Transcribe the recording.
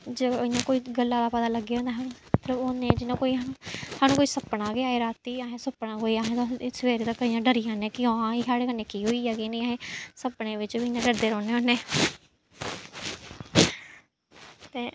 जे इ'यां कोई गल्ला दा पता लग्गी जंदा सानूं मतलब होन्ने जि'यां कोई असें गी सानूं कोई सपना गै आए रातीं असें गी सपना कोई आये अस सवेरे तक्कर अस डरी जन्नें कि हां एह् साढ़े कन्नै केह् होई गेआ केह् नेईं सपने बिच्च बी इ'यां डरदे रौह्न्ने होन्नें ते